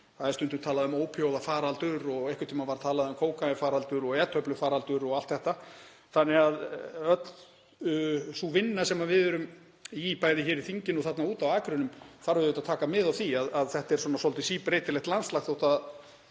Það er stundum talað um ópíóíðafaraldur og einhvern tímann var talað um e-töflu faraldur, kókaínfaraldur og allt þetta. Þannig að öll sú vinna sem við erum í, bæði hér í þinginu og þarna úti á akrinum, þarf auðvitað að taka mið af því að þetta er síbreytilegt landslag þó að